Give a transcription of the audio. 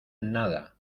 nada